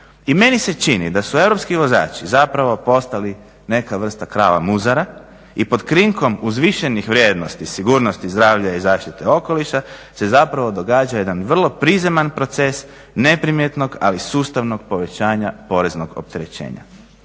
I meni se čini da su europski vozači zapravo postali neka vrsta krava muzara i pod krinkom uzvišenih vrijednosti sigurnosti zdravlja i zaštite okoliša se zapravo događa jedan vrlo prizeman proces neprimjetnog ali sustavnog povećanja poreznog opterećenja.